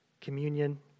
communion